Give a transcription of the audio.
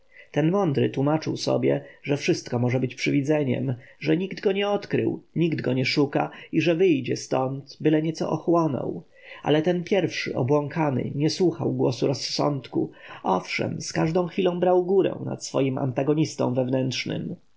ten mądry tłumaczył sobie że wszystko może być przywidzeniem że nikt go nie odkrył nikt go nie szuka i że wyjdzie stąd byle nieco ochłonął ale ten pierwszy obłąkany nie słuchał głosu rozsądku owszem z każdą chwilą brał górę nad swoim antagonistą wewnętrznym